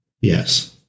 Yes